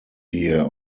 here